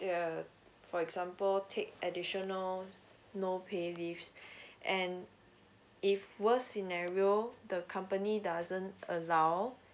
err for example take additional no pay leaves and if worst scenario the company doesn't allow